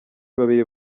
babiri